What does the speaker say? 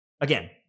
again